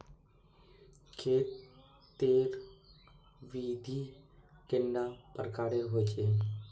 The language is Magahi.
खेत तेर विधि कैडा प्रकारेर होचे?